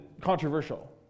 controversial